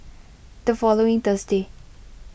the following Thursday